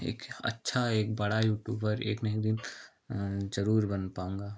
एक अच्छा एक बड़ा यूटूबर एक ना एक दिन ज़रूर बन पाऊँगा